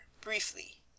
briefly